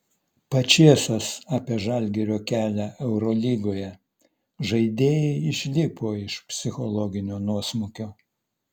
pačėsas apie žalgirio kelią eurolygoje žaidėjai išlipo iš psichologinio nuosmukio